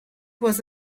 was